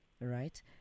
right